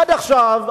עד עכשיו,